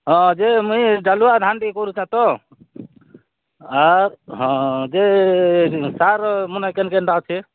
ହଁଁ ଯେ ମୁଇଁ ଡାଲୁଆ ଧାନ୍ ଟିକେ କରୁଛେଁ ତାର ହଁ ଯେ ତାର୍ ମାନେ କେନ୍ କେନ୍ଟା ଅଛି